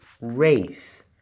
race